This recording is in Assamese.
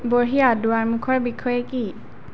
বঢ়িয়া দুৱাৰমুখৰ বিষয়ে কি